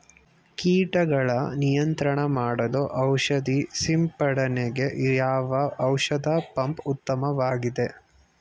ಕೀಟಗಳ ನಿಯಂತ್ರಣ ಮಾಡಲು ಔಷಧಿ ಸಿಂಪಡಣೆಗೆ ಯಾವ ಔಷಧ ಪಂಪ್ ಉತ್ತಮವಾಗಿದೆ?